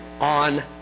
On